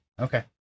Okay